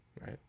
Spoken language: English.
right